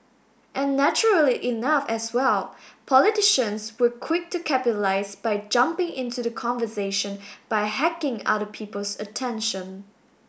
and naturally enough as well politicians were quick to capitalise by jumping into the conversation by hacking other people's attention